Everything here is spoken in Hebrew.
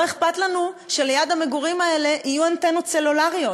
לא אכפת לנו שליד המגורים האלה יהיו אנטנות סלולריות,